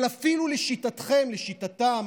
אבל אפילו לשיטתכם, לשיטתם